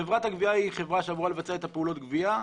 חברת הגבייה אמורה לבצע את פעולת הגבייה.